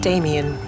Damien